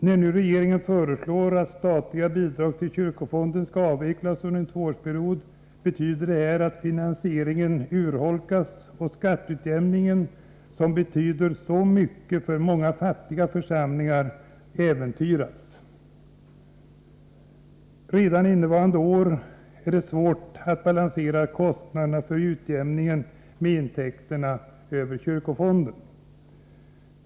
När nu regeringen föreslår att statliga bidrag till kyrkofonden skall avvecklas under en tvåårsperiod betyder detta att finansieringen urholkas och skatteutjämningen, som betyder så mycket för många fattiga församlingar, äventyras. Redan innevarande år är det svårt att balansera kostnader för utjämningen — Nr 118 med intäkterna över kyrkofonden.